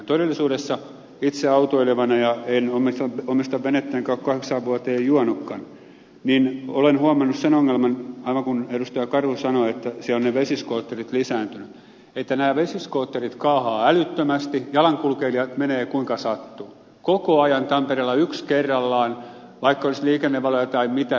todellisuudessa itse autoilevana en omista venettä enkä ole kahdeksaan vuoteen juonutkaan olen huomannut sen ongelman aivan kuten edustaja karhu sanoi että ne vesiskootterit ovat lisääntyneet että nämä vesiskootterit kaahaavat älyttömästi jalankulkijat menevät kuinka sattuu koko ajan tampereella yksi kerrallaan vaikka olisi liikennevaloja tai mitä